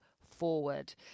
forward